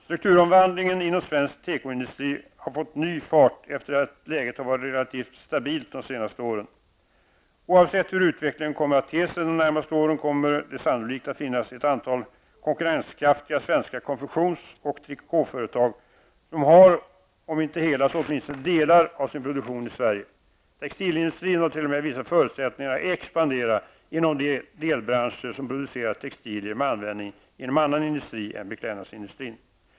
Strukturomvandlingen inom svensk tekoindustri har fått ny fart efter det att läget har varit relativt stabilt de senaste åren. Oavsett hur utvecklingen kommer att te sig de närmaste åren, kommer det sannolikt att finnas ett antal konkurrenskraftiga svenska konfektions och trikåföretag som har, om inte hela så åtminstone delar av, sin produktion i Sverige. Textilindustrin har t.o.m. vissa förutsättningar att expandera inom de delbranscher som producerar textilier med användning inom annan industri än beklädnadsindustrin.